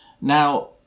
Now